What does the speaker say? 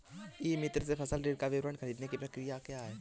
ई मित्र से फसल ऋण का विवरण ख़रीदने की प्रक्रिया क्या है?